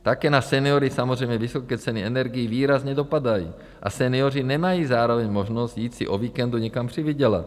Také na seniory samozřejmě vysoké ceny energií výrazně dopadají a senioři nemají zároveň možnost jít si o víkendu někam přivydělat.